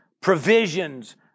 provisions